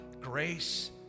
grace